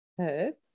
herb